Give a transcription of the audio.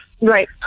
Right